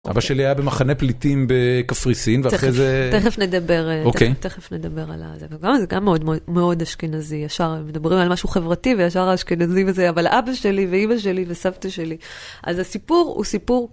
אבא שלי היה במחנה פליטים בקפריסין. תכף... ואחרי זה... תכף נדבר... אוקיי. תכף נדבר עליו. וגם זה מאוד אשכנזי, ישר מדברים על משהו חברתי, וישר האשכנזים הזה, אבל אבא שלי ואימא שלי וסבתא שלי. אז הסיפור הוא סיפור...